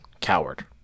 coward